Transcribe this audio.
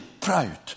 proud